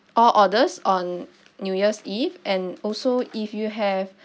all orders on new year's eve and also if you have